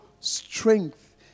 strength